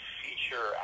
feature